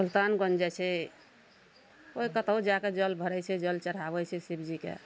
सुलतानगंज जाइ छै कोइ कतहु जाकऽ जल भरय छै जल चढ़ाबय छै शिव जीके